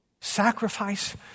sacrifice